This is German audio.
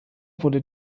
wurde